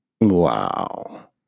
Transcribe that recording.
Wow